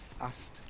asked